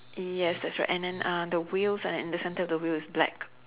yes that's right and then uh the wheels and and the centre of the wheel is black